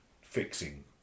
fixing